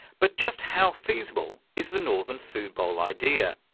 but just how feasible is the northern food bowl idea?